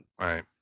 right